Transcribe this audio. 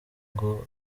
ngo